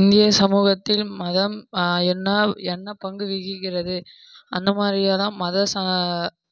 இந்திய சமூகத்தில் மதம் என்ன என்ன பங்கு விகிக்கிறது அந்தமாதிரியலாம் மத